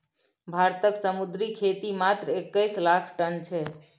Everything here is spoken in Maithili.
भारतक समुद्री खेती मात्र एक्कैस लाख टन छै